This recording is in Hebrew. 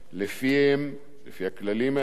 לפי הכללים האלה,